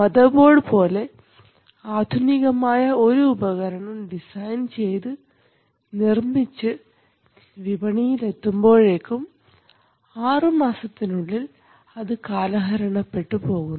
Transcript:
motherboard പോലെ ആധുനികമായ ഒരു ഉപകരണം ഡിസൈൻ ചെയ്തു നിർമ്മിച്ച് വിപണിയിൽ എത്തുമ്പോഴേക്കും ആറുമാസത്തിനുള്ളിൽ അതു കാലഹരണപ്പെട്ടു പോകുന്നു